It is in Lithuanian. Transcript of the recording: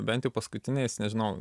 bent jau paskutiniais nežinau